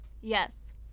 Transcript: Yes